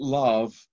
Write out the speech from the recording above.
love